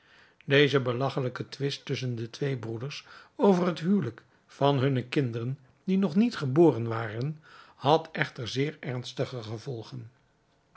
deze belagchelijke twist tusschen de twee broeders over het huwelijk van hunne kinderen die nog niet geboren waren had echter zeer ernstige gevolgen